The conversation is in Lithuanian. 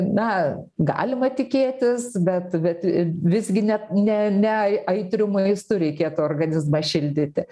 na galima tikėtis bet bet visgi ne ne ne aitriu maistu reikėtų organizmą šildyti